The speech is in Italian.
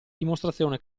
dimostrazione